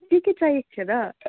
के के चाहिएको थियो र